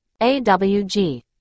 awg